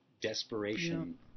desperation